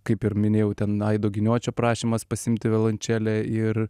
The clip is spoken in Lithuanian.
kaip ir minėjau ten aido giniočio prašymas pasiimti violončelę ir